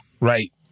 Right